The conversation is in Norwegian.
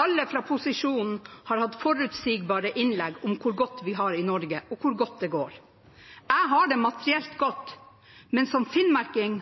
Alle fra posisjonen har hatt forutsigbare innlegg om hvor godt vi har det i Norge, og hvor godt det går. Jeg har det materielt godt, men som finnmarking